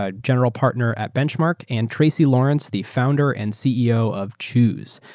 ah general partner at benchmark, and tracy lawrence, the founder and ceo of chewse.